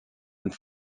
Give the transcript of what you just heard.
and